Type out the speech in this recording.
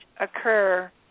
occur